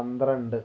പന്ത്രണ്ട്